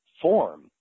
form